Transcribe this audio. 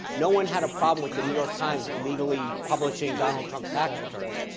no one had a problem with the new york times legally publishing donald trump's tax returns.